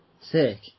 sick